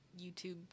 YouTube